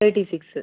thirty six